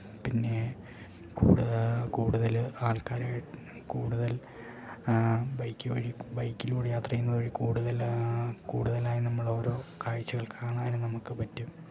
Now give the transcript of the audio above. പിന്നെ കൂടുതൽ ആൾക്കാരായി കൂടുതൽ ബൈക്ക് വഴി ബൈക്കിലൂടെ യാത്ര ചെയ്യുന്നത് വഴി കൂടുതൽ കൂടുതലായി നമ്മളോരോ കാഴ്ചകൾ കാണാനും നമുക്ക് പറ്റും